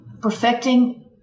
perfecting